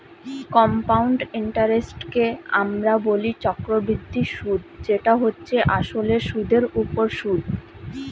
compound ইন্টারেস্টকে আমরা বলি চক্রবৃদ্ধি সুদ যেটা হচ্ছে আসলে সুদের উপর সুদ